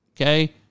Okay